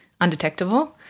undetectable